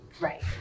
right